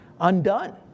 undone